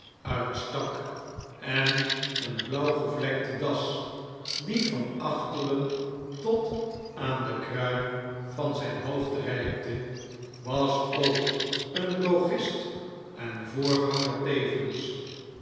uitstak en een blauwgevlekte das die van achteren tot aan den kruin van zyn hoofd reikte was ook een drogist en voorganger tevens